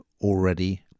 already